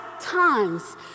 times